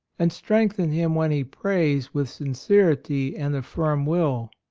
and strengthen him when he prays with sin cerity and a firm will.